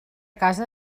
casa